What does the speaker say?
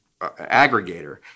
aggregator